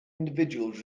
individuals